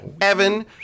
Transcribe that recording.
Evan